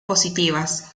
positivas